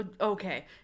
Okay